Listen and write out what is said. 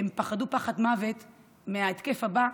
הן פחדו פחד מוות מההתקף הבא,